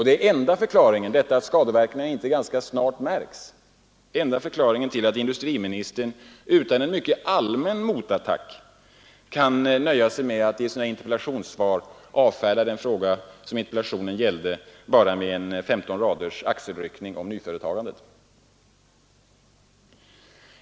Det är också förklaringen till att industriministern utan att behöva riskera en allmän motattack kan nöja sig med att i sitt interpellationssvar avfärda den fråga interpellationen gällde med bara 15 raders axelryckning om nyföretagandet.